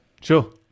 Sure